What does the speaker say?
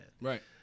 Right